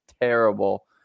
terrible